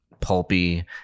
pulpy